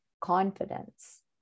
confidence